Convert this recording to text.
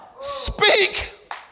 speak